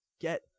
get –